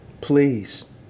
please